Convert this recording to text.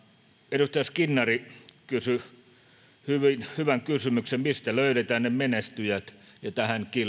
edustaja skinnari kysyi hyvän kysymyksen mistä löydetään ne menestyjät tähän